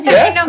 Yes